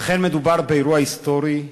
אכן, מדובר באירוע היסטורי,